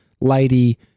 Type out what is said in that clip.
Lady